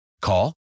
Call